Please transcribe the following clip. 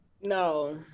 No